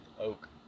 oak